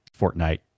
Fortnite